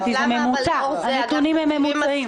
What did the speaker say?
הנתונים הם ממוצעים.